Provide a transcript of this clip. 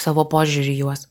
savo požiūrį į juos